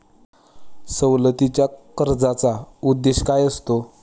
सवलतीच्या कर्जाचा उद्देश काय असतो?